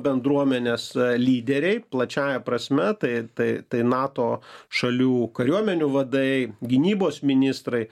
bendruomenės lyderiai plačiąja prasme tai tai tai nato šalių kariuomenių vadai gynybos ministrai